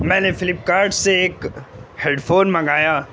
میں نے Flipkart سے ایک ہیڈ فون منگایا